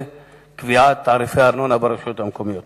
של קביעת תעריפי הארנונה ברשויות המקומיות.